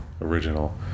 original